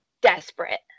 desperate